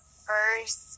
first